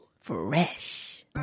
Fresh